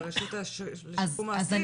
לרשות לשיקום האסיר.